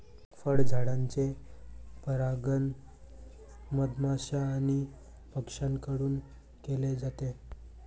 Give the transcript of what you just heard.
फळझाडांचे परागण मधमाश्या आणि पक्ष्यांकडून केले जाते